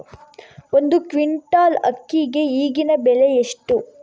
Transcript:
ಒಂದು ಕ್ವಿಂಟಾಲ್ ಅಕ್ಕಿಗೆ ಈಗಿನ ಬೆಲೆ ಎಷ್ಟು?